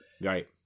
Right